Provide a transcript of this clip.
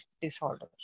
disorder